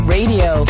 Radio